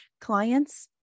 clients